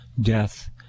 death